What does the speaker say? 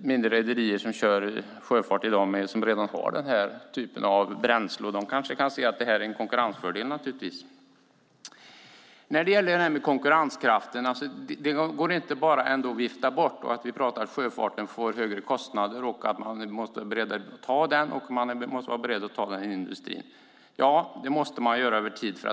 mindre rederier som bedriver sjöfart som redan har den typen av bränsle. Det kanske kan ses som en konkurrensfördel. När det gäller konkurrenskraften går det dock inte att bara vifta bort frågan. Vi talar om högre kostnader och att sjöfarten, liksom industrin, måste vara beredd att ta dem. Ja, det måste de göra över tid.